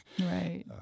Right